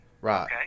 Right